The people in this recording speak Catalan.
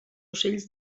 ocells